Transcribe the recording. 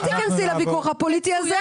אל תיכנס לוויכוח הפוליטי הזה.